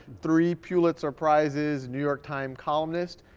three pulitzer prizes, new york time columnist.